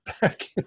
back